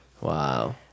Wow